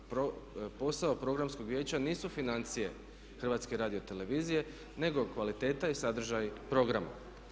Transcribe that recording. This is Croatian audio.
Posao programskog vijeća nisu financije HRT-a nego kvaliteta i sadržaj programa.